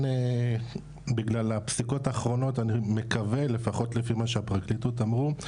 בגלל הפסיקות האחרונות אני מקווה לפחות לפי מה שהפרקליטות אמרו,